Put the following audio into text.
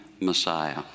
Messiah